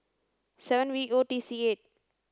seven V O T C eight